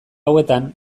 hauetan